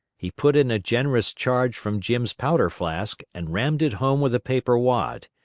he put in a generous charge from jim's powder-flask and rammed it home with a paper wad.